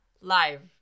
Live